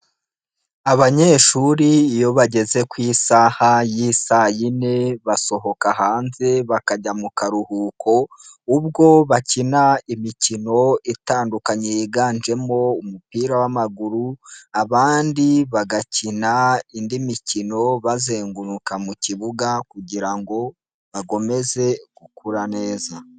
Abanyeshuri iyo bageze ku isaha y'isaa yine basohoka hanze bakajya mu karuhuko, ubwo bakina imikino itandukanye yiganjemo umupira wamaguru, abandi bagakina indi mikino bazenguruka mu kibuga kugira ngo bakomeze gukura neza.